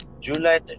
July